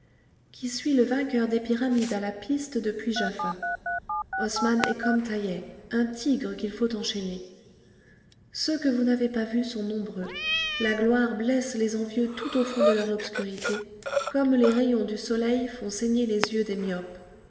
qui suit le vainqueur des pyramides à la piste depuis jaffa osman est comme taïeh un tigre qu'il faut enchaîner ceux que vous n'avez pas vus sont nombreux la gloire blesse les envieux tout au fond de leur obscurité comme les rayons du soleil font saigner les yeux des myopes